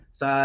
sa